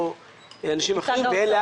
לא אנשים אחרים -- בצד ההוצאות?